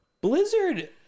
Blizzard